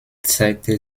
zeigte